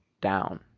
down